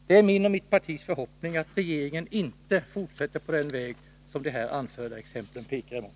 Det är min och mitt partis förhoppning att regeringen inte fortsätter på den väg som de här anförda exemplen pekar mot.